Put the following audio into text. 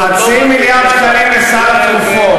חצי מיליארד שקלים לסל התרופות.